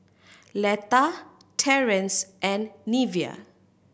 Letta Terance and Neveah